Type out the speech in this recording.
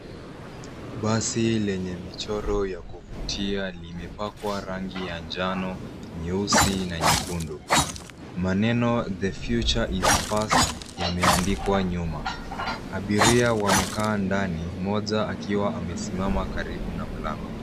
Basi lenye michoro ya kuvutia imepakwa rangi ya njano nyeusi na nyekundu. Maneno the future is fast imeandikwa nyuma. Abiria wamekaa ndani moja akiwa amesimama karibu na mlango.